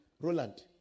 Roland